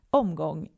omgång